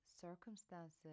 circumstances